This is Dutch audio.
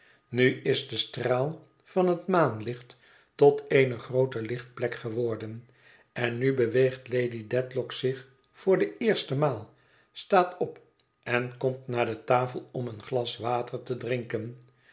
nu is de straal van het maanlicht tot eene groote lichtplek geworden en nu beweegt lady dedlock zich voor de eerste maal staat op en komt naar de tafel om een glas water te drinken